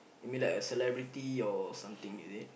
you mean like a celebrity or like something is it